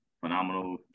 Phenomenal